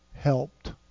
Helped